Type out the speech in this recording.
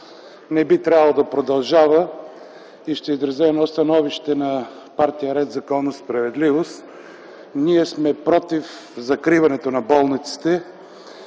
не би трябвало да продължава. Ще изразя становището на партия „Ред, законност и справедливост”:ние сме против закриването на болниците.